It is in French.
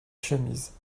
chemise